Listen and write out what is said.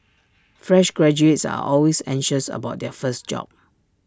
fresh graduates are always anxious about their first job